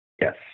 Yes